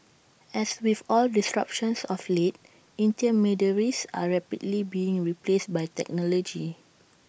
as with all disruptions of late intermediaries are rapidly being replaced by technology